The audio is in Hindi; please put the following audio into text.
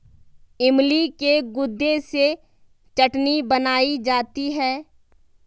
इमली के गुदे से चटनी बनाई जाती है